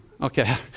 Okay